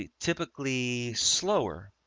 ah typically slower.